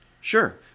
Sure